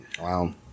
Wow